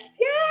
Yes